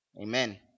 amen